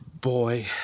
boy